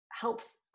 helps